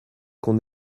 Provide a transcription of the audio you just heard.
qu’on